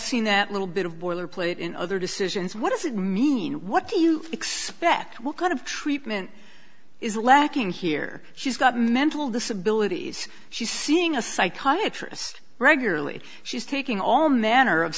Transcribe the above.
seen that little bit of boilerplate in other decisions what does it mean what do you expect what kind of treatment is lacking here she's got mental disability she's seeing a psychiatrist regularly she's taking all manner of